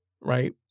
right